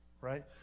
right